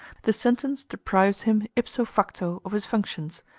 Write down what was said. the sentence deprives him ipso facto of his functions,